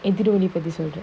into the only for disorder